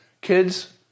Kids